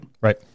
Right